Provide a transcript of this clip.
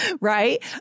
right